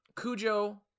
cujo